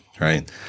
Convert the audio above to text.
right